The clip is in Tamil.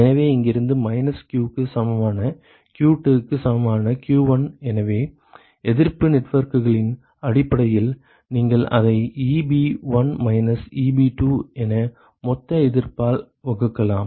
எனவே இங்கிருந்து மைனஸ் q க்கு சமமான q2 க்கு சமமான q1 எனவே எதிர்ப்பு நெட்வொர்க்குகளின் அடிப்படையில் நீங்கள் அதை Eb1 மைனஸ் Eb2 என மொத்த எதிர்ப்பால் வகுக்கலாம்